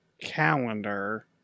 calendar